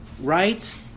right